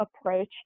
approach